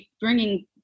bringing